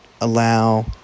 allow